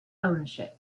ownership